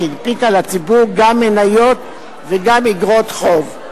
שהנפיקה לציבור גם מניות וגם איגרות חוב,